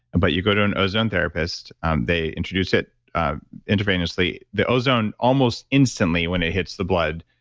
and but you go to an ozone therapist, and they introduce it intravenously, the ozone almost instantly when it hits the blood,